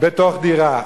בתוך דירה.